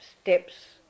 steps